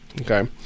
okay